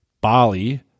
Bali